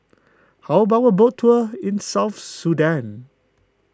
how about a boat tour in South Sudan